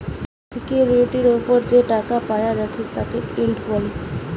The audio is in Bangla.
কোনো সিকিউরিটির উপর যে টাকা পায়া যাচ্ছে তাকে ইল্ড বলে